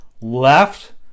Left